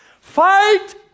fight